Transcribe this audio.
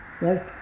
Right